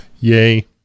yay